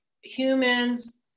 humans